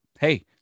hey